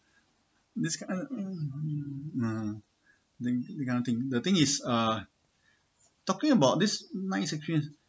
this kind thing the thing is uh talking about this nice experience